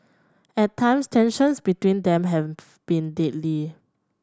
at times tensions between them have been deadly